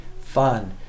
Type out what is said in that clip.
fun